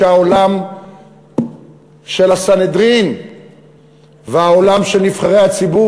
שהעולם של הסנהדרין והעולם של נבחרי הציבור